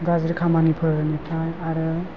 गाज्रि खामानिफोरनिफ्राय आरो